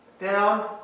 down